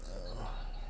err